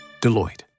Deloitte